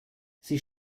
sie